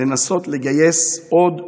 לנסות לגייס עוד שוטרים.